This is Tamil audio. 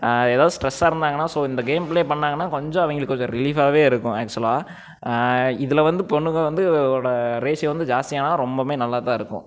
ஏதாவது ஸ்ட்ரெஸ்ஸாக இருந்தாங்கனா ஸோ இந்த கேம் பிளே பண்ணாங்கன்னா கொஞ்சம் அவைங்களுக்கு ஒரு ரிலிஃபாகவே இருக்கும் ஆக்சுவலாக இதில் வந்து பொண்ணுங்கள் வந்து ஒட ரேஷியோ ஜாஸ்தியானா ரொம்பவே நல்லாத்தான் இருக்கும்